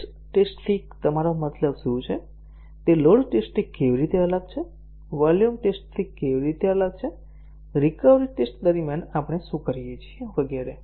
stress ટેસ્ટથી તમારો મતલબ શું છે તે લોડ ટેસ્ટથી કેવી રીતે અલગ છે વોલ્યુમ ટેસ્ટથી કેવી રીતે અલગ છે રિકવરી ટેસ્ટ દરમિયાન આપણે શું કરીએ છીએ વગેરે